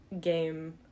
game